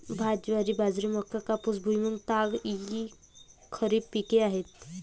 भात, ज्वारी, बाजरी, मका, कापूस, भुईमूग, ताग इ खरीप पिके आहेत